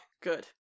Good